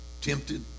tempted